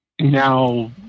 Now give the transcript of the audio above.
now